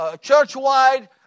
church-wide